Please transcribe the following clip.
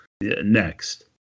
Next